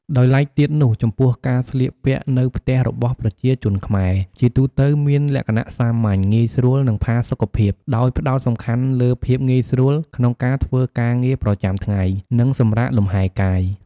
ដោយឡែកទៀតនោះ ចំពោះការស្លៀកពាក់នៅផ្ទះរបស់ប្រជាជនខ្មែរ ជាទូទៅមានលក្ខណៈសាមញ្ញ ងាយស្រួល និងផាសុកភាព ដោយផ្ដោតសំខាន់លើភាពងាយស្រួលក្នុងការធ្វើការងារប្រចាំថ្ងៃ និងសម្រាកលំហែកាយ។